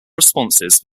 responses